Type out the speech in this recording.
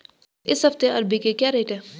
इस हफ्ते अरबी के क्या रेट हैं?